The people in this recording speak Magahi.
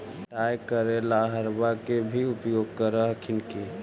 पटाय करे ला अहर्बा के भी उपयोग कर हखिन की?